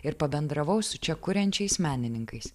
ir pabendravau su čia kuriančiais menininkais